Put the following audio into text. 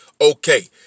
okay